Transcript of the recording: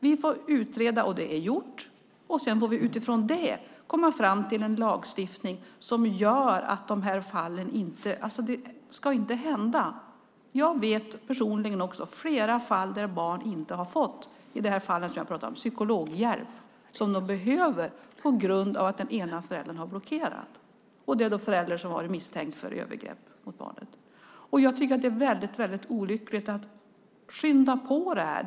Vi får utreda, och när det är gjort får vi utifrån det komma fram till en lagstiftning som gör att sådant här inte ska hända. Jag vet flera fall där barn inte har fått den psykologhjälp som de behöver på grund av att den ena föräldern har blockerat. Det har då varit föräldrar som varit misstänkta för övergrepp mot barnen. Det är väldigt olyckligt. Skynda på det här!